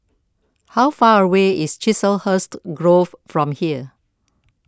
how far away is Chiselhurst Grove from here